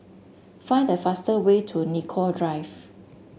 find the fast way to Nicoll Drive